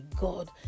god